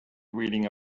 reading